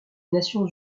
nations